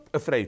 afraid